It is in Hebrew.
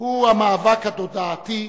הוא המאבק התודעתי,